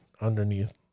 underneath